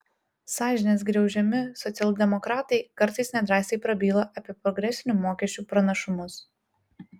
sąžinės griaužiami socialdemokratai kartais nedrąsiai prabyla apie progresinių mokesčių pranašumus